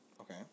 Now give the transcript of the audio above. Okay